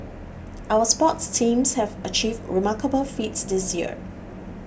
our sports teams have achieved remarkable feats this year